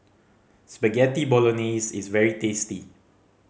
Spaghetti Bolognese is very tasty